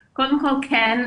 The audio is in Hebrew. כן,